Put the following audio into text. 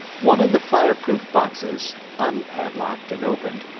one of the fireproof boxes, unpadlocked and opened,